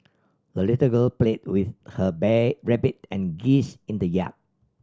the little girl played with her rabbit and geese in the yard